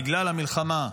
בגלל המלחמה,